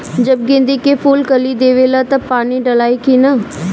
जब गेंदे के फुल कली देवेला तब पानी डालाई कि न?